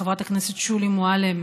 וחברת הכנסת שולי מועלם,